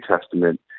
Testament